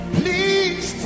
please